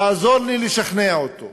תעזור לי לשכנע אותו.